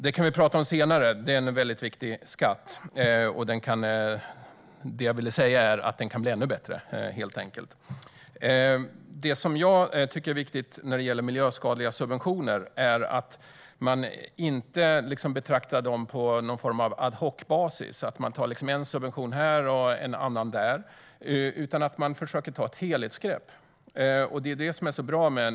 Det kan vi prata om senare; det är ändå en viktig skatt, och den kan bli ännu bättre. När det gäller miljöskadliga subventioner är det viktigt att inte betrakta dem på någon form av ad hoc-basis, det vill säga en subvention här och en annan där. Här måste man försöka ta ett helhetsgrepp.